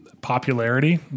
popularity